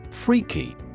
Freaky